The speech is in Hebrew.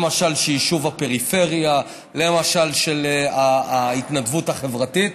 למשל של יישוב הפריפריה וההתנדבות החברתית.